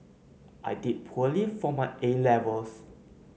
I did poorly for my A Levels